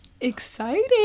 Exciting